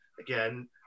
again